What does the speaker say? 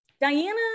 Diana